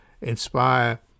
inspire